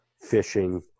fishing